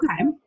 Okay